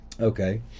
Okay